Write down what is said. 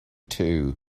two